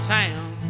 town